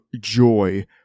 joy